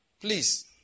Please